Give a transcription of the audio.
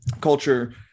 culture